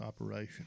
operation